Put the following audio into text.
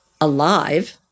alive